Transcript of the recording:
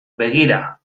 begira